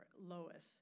Lois